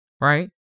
right